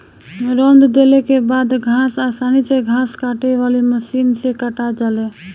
रौंद देले के बाद घास आसानी से घास काटे वाली मशीन से काटा जाले